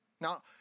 Now